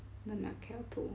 the macchiato